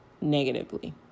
negatively